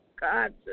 God